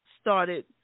started